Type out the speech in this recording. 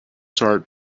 start